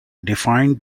defined